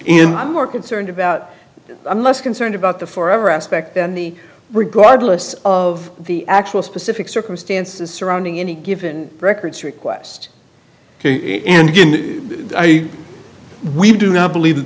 and i'm more concerned about i'm less concerned about the forever aspect and the regardless of the actual specific circumstances surrounding any given records request and again we do not believe that